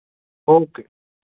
okay